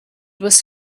was